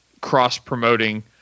cross-promoting